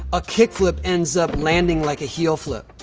a kickflip ends up landing like a heel flip.